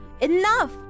Enough